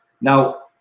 Now